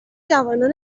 جوانان